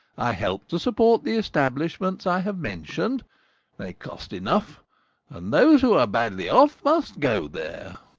i help to support the establishments i have mentioned they cost enough and those who are badly off must go there.